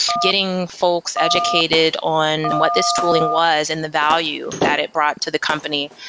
getting folks educated on what this tooling was and the value that it brought to the company.